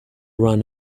run